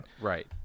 right